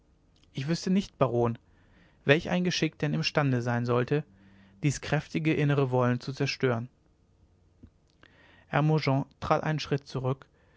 ich wüßte nicht baron welch ein geschick denn imstande sein sollte dies kräftige innere wollen zu zerstören hermogen trat einen schritt zurück